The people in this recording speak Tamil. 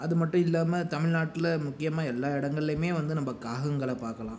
அதுமட்டும் இல்லாமல் தமிழ்நாட்டில் முக்கியமாக எல்லா இடங்கள்லியுமே வந்து நம்ப காகங்களை பார்க்கலாம்